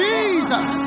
Jesus